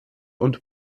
und